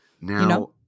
Now